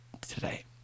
today